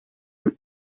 bari